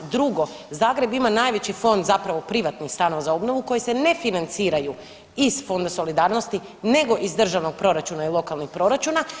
Drugo, Zagreb ima najveći fond zapravo privatni stanova za obnovu koji se ne financiraju iz Fonda solidarnosti, nego iz državnog proračuna i lokalnih proračuna.